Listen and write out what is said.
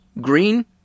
green